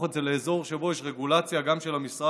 את זה לאזור שבו יש רגולציה גם של המשרד.